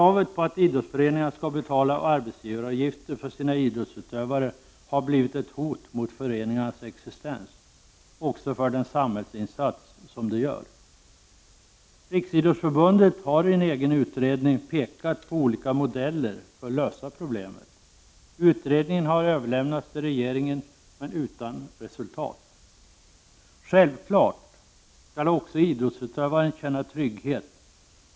Kravet på att idrottsföreningar skall betala arbetsgivaravgifter för sina idrottsutövare har blivit ett hot mot föreningarnas existens och också för den samhällsinsats som de gör. Riksidrottsförbundet har i en egen utredning pekat på olika modeller för att lösa problemet. Utredningen har överlämnats till regeringen men utan resultat. Självfallet skall också idrottsutövaren känna trygghet.